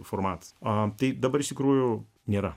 formatas tai dabar iš tikrųjų nėra